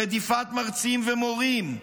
רדיפת מרצים ומורים,